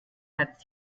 hat